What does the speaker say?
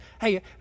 hey